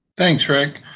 thanks, rick.